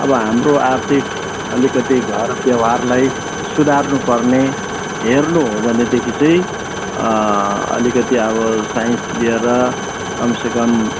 अब हाम्रो आर्थिक अलिकति घर व्यवहारलाई सुधार्नु पर्ने हेर्नु हो भनेदेखि चाहिँ अलिकति अब साइन्स लिएर कमसेकम